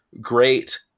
great